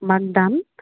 माग दान